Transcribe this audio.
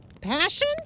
Passion